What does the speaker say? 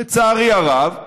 לצערי הרב,